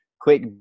quick